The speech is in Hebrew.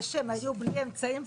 זה שהם היו בלי אמצעים,